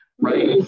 right